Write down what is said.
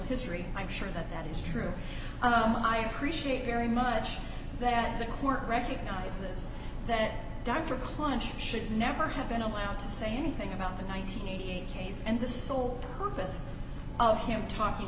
history i'm sure that that is true my appreciate very much that the court recognizes that dr clutch should never have been allowed to say anything about the ninety eight case and the sole purpose of him talking